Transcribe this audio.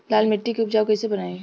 लाल मिट्टी के उपजाऊ कैसे बनाई?